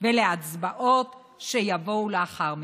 ולהצבעות שיבואו לאחר מכן.